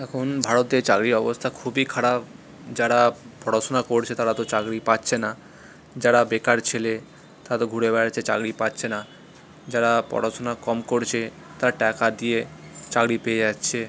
এখন ভারতে চাকরির অবস্থা খুবই খারাপ যারা পড়াশুনা করছে তারা তো চাকরি পাচ্ছে না যারা বেকার ছেলে তারা তো ঘুরে বেড়াচ্ছে চাকরি পাচ্ছে না যারা পড়াশুনা কম করছে তারা টাকা দিয়ে চাকরি পেয়ে যাচ্ছে